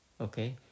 okay